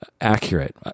accurate